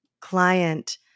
client